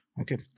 Okay